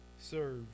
Serve